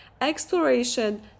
exploration